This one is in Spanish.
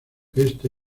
este